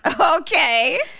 Okay